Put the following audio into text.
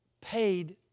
paid